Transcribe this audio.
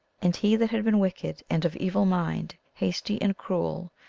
and he that had been wicked and of evil mind, hasty and cruel,